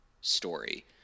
story